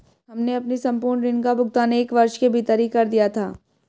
हमने अपने संपूर्ण ऋण का भुगतान एक वर्ष के भीतर ही कर दिया था